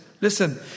Listen